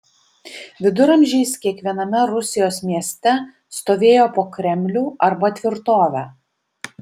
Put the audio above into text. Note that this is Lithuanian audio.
viduramžiais kiekviename rusijos mieste stovėjo po kremlių arba tvirtovę